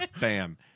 bam